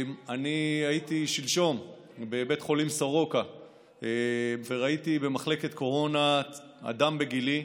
אני הייתי שלשום בבית החולים סורוקה וראיתי במחלקת קורונה אדם בגילי,